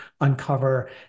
uncover